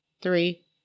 three